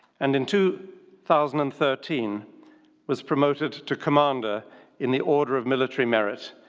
and in two thousand and thirteen was promoted to commander in the order of military merit,